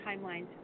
timelines